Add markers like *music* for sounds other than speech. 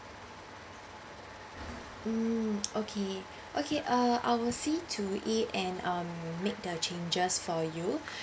mm okay okay uh I will see to it and um make the changes for you *breath*